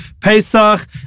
Pesach